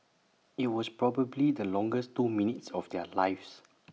IT was probably the longest two minutes of their lives